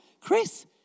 Chris